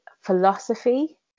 philosophy